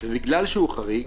ובגלל שהוא חריג,